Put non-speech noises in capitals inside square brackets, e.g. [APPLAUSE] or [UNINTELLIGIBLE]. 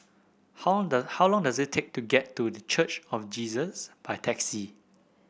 how long [UNINTELLIGIBLE] how long does it take to get to The Church of Jesus by taxi